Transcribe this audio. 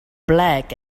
black